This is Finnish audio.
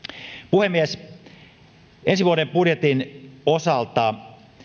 puhemies ensi vuoden budjetin osalta